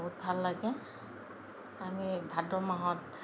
বহুত ভাল লাগে আমি ভাদ মাহত